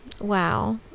wow